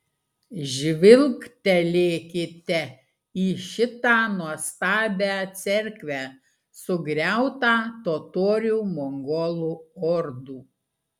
žvilgtelėkite į šitą nuostabią cerkvę sugriautą totorių mongolų ordų